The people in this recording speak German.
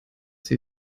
sie